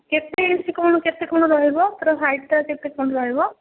କେତେ ଇଞ୍ଚ କ'ଣ କେତେ କ'ଣ ରହିବ ତା'ର ହାଇଟ୍ଟା କେତେ କ'ଣ ରହିବ